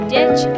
Ditch